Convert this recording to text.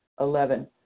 Eleven